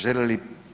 Želi li?